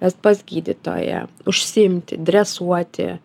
vest pas gydytoją užsiimti dresuoti